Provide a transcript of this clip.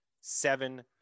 seven